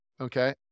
Okay